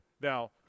Now